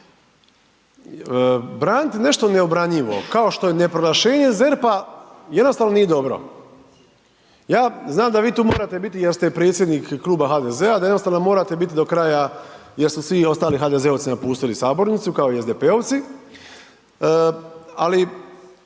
braniti nešto neobranjivo kao što je ne proglašenje ZERP-a, jednostavno nije dobro. Ja znam da vi tu morate biti jer ste predsjednik Kluba HDZ-a, da jednostavno morate biti do kraja jer su svi ostali HDZ-ovci napustili sabornicu, kao i SDP-ovci, ali